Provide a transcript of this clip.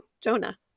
jonah